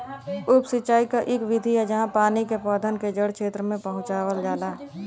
उप सिंचाई क इक विधि है जहाँ पानी के पौधन के जड़ क्षेत्र में पहुंचावल जाला